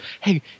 hey